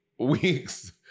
weeks